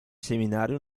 seminario